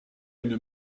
une